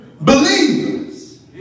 Believers